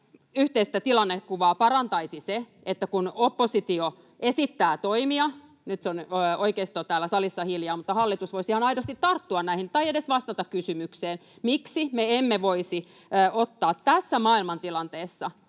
yhteistä tilannekuvaa parantaisi se, että kun oppositio esittää toimia — nyt oikeisto on täällä salissa hiljaa — niin hallitus voisi ihan aidosti tarttua näihin tai edes vastata kysymykseen, miksi me emme voisi ottaa tässä maailmantilanteessa